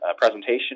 presentation